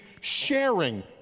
sharing